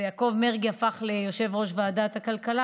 ויעקב מרגי הפך ליושב-ראש ועדת הכלכלה,